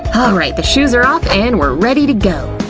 alright the shoes are off and we're ready to go.